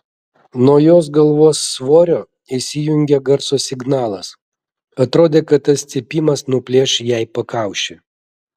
nuo jos galvos svorio įsijungė garso signalas atrodė kad tas cypimas nuplėš jai pakaušį